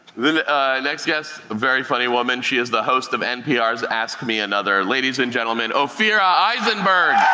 the next guest, a very funny woman. she is the host of npr's ask me another, ladies and gentlemen, ophira eisenburg.